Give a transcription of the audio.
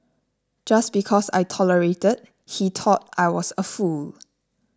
just because I tolerated he thought I was a fool